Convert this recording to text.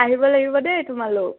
আহিব লাগিব দেই তোমালোক